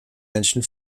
menschen